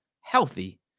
healthy